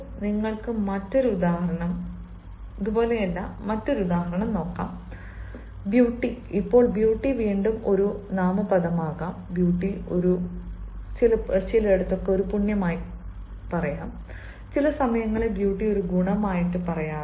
വീണ്ടും നിങ്ങൾക്ക് മറ്റൊരു ഉദാഹരണം എടുക്കാം ബ്യുട്ടി ഇപ്പോൾ ബ്യുട്ടി വീണ്ടും ഒരു നാമപദമാകാം ബ്യുട്ടി ഒരു പുണ്യമാകാം ചില സമയങ്ങളിൽ ബ്യുട്ടി ഒരു ഗുണമായിരിക്കും